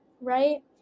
right